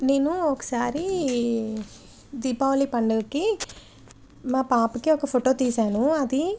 నేను ఒకసారి దీపావళి పండుగకి మా పాపకి ఒక ఫోటో తీసాను అది